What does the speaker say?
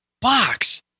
box